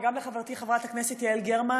וגם לחברתי חברת הכנסת יעל גרמן,